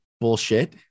bullshit